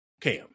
Cam